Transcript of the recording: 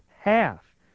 Half